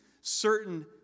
certain